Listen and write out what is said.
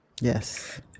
Yes